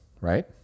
right